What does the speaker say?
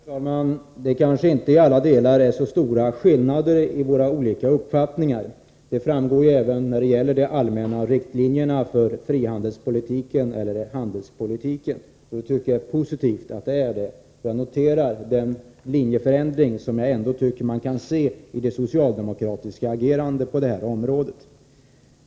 Herr talman! Det kanske inte i alla delar är så stora skillnader i våra olika uppfattningar. Det framgår även när det gäller de allmänna riktlinjerna för frihandelspolitiken eller handelspolitiken — och jag tycker att det är positivt. Jag tycker att man kan se en linjeförändring i det socialdemokratiska agerandet på detta område.